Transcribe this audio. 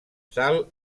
sal